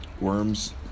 worms